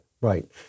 right